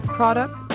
product